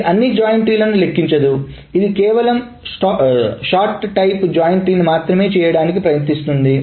ఇది అన్ని join tree లని లెక్కించదు ఇది కేవలం షార్ట్ టైప్ జాయిన్ ట్రీని మాత్రమే చేయడానికి ప్రయత్నిస్తుంది